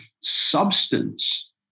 substance